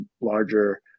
larger